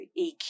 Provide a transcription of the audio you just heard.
EQ